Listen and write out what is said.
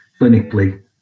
clinically